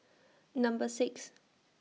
Number six